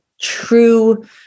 true